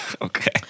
Okay